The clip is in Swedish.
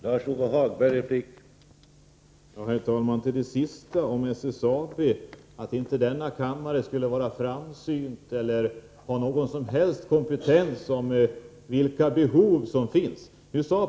Herr talman! Per Westerberg sade senast, beträffande SSAB, att denna kammare inte skulle vara framsynt eller ha någon som helst kompetens att avgöra vilka behov som finns.